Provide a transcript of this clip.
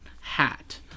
hat